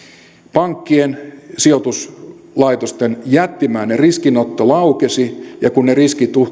pankkien sijoituslaitosten jättimäinen riskinotto laukesi ja kun ne riskit